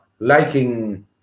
liking